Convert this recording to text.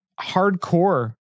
hardcore